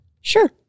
Sure